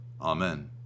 Amen